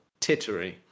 tittery